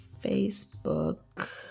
facebook